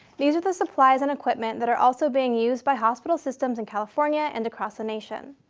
these are the supplies and equipment that are also being used by hospital systems in california and across the nation.